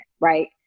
right